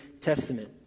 Testament